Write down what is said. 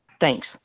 Thanks